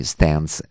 Stands